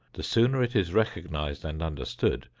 the sooner it is recognized and understood,